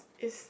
is